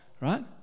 right